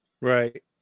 Right